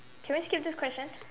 can we skip this question